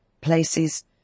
places